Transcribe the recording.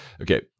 okay